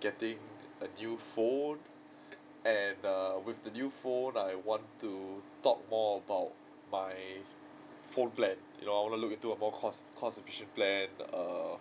getting a new phone and err with the new phone I want to talk more about my phone plan you know I want to look into more cost cost efficient plan err